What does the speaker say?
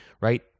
right